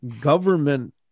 government